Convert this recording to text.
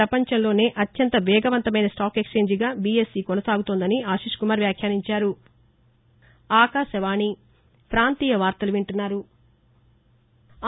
ప్రపంచంలోనే అత్యంత వేగవంతమైన స్టాక్ ఎక్సేంజ్గా బీఎస్ఈ కొనసాగుతోందని ఆశిష్ కుమార్ వ్యాఖ్యానించారు